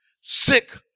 sick